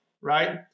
right